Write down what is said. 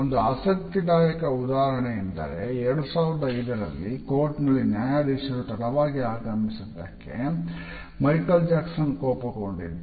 ಒಂದು ಆಸಕ್ತಿದಾಯಕ ಉದಾಹರಣೆಯೆಂದರೆ 2005 ರಲ್ಲಿ ಕೋರ್ಟ್ನಲ್ಲಿ ನ್ಯಾಯಾಧೀಶರು ತಡವಾಗಿ ಆಗಮಿಸಿದ್ದಕ್ಕೆ ಮೈಕಲ್ ಜಾಕ್ಸನ್ ಕೋಪಗೊಂಡಿದ್ದು